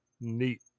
Neat